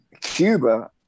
Cuba